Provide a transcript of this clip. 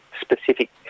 specific